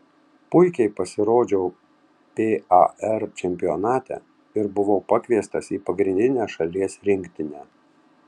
puikiai pasirodžiau par čempionate ir buvau pakviestas į pagrindinę šalies rinktinę